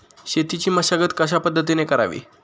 शेतीची मशागत कशापद्धतीने करावी?